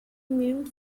meant